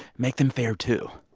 make them fair, too?